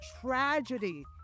tragedy